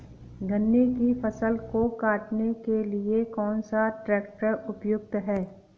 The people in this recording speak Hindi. गन्ने की फसल को काटने के लिए कौन सा ट्रैक्टर उपयुक्त है?